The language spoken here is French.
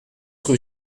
rue